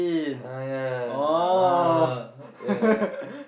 ah ya ah ya